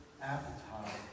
appetite